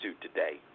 today